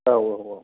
औ औ औ